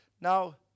now